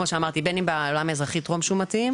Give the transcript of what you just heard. בין אם בעולם האזרחי הטרום-שומתי,